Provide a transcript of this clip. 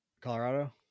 Colorado